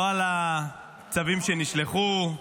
לא על הצווים שנשלחו,